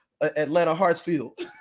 Atlanta-Hartsfield